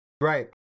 Right